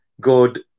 good